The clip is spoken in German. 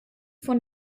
von